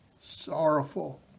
sorrowful